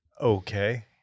Okay